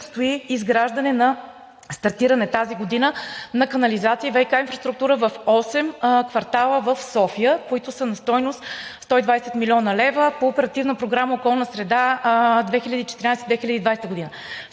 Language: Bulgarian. предстои изграждане, стартиран е тази година, на канализация и ВиК инфраструктура в осем квартала в София, които са на стойност 120 млн. лв. по Оперативна програма „Околна среда 2014 – 2020 г.“